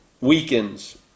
weakens